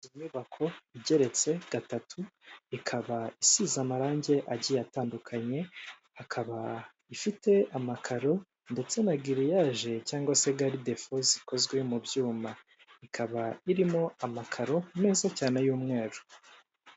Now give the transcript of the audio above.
Inyubako igeretse gatatu ikaba isize amarangi agiye atandukanye, hakaba ifite amakaro ndetse na giriyaje cyangwa se garide fo zikozwe mu byuma, ikaba irimo amakaro meza cyane y'umweru.